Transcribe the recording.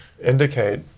indicate